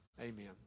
Amen